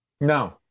No